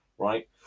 right